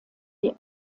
die